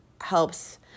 helps